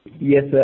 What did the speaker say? Yes